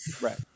Right